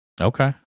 Okay